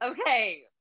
Okay